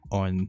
on